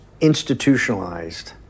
institutionalized